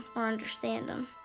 or understand him.